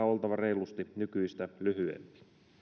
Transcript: oltava reilusti nykyistä lyhyempi